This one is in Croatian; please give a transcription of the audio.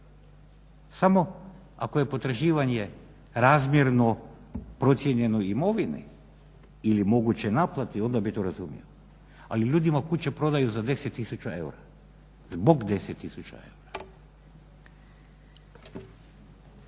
Samo ako je potraživanje razmjerno procijenjenoj imovini ili mogućoj naplati onda bi to razumio, ali ljudima kuće prodaju za 10 tisuća eura zbog 10 tisuća eura.